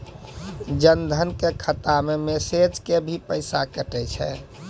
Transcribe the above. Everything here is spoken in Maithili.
जन धन के खाता मैं मैसेज के भी पैसा कतो छ?